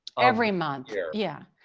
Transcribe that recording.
every month, yeah yeah.